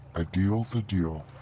a deal's a deal.